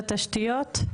על תשתיות?